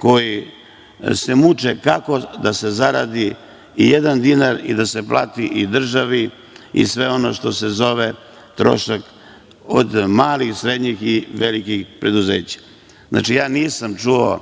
koji se muče kako da se zaradi ijedan dinar i da se plati i državi i sve ono što se zove trošak od malih, srednjih i velikih preduzeća. Znači, ja nisam čuo